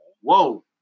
Whoa